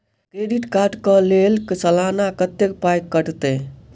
Credit card कऽ लेल सलाना कत्तेक पाई कटतै?